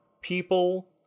people